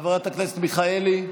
חברת הכנסת מיכאלי,